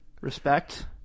Respect